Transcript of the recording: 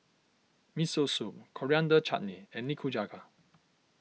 Miso Soup Coriander Chutney and Nikujaga